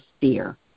fear